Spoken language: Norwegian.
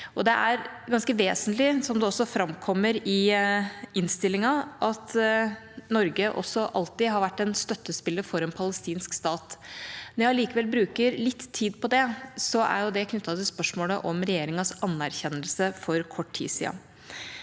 Det er ganske vesentlig, som det også framkommer i innstillinga, at Norge alltid har vært en støttespiller for en palestinsk stat. Når jeg allikevel bruker litt tid på dette, er det knyttet til spørsmålet om regjeringas anerkjennelse for kort tid siden.